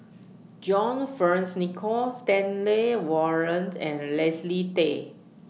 John Fearns Nicoll Stanley Warren and Leslie Tay